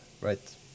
right